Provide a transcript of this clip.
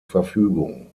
verfügung